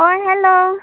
অঁ হেল্ল'